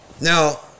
Now